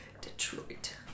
Detroit